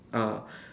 ah